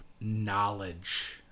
knowledge